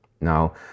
Now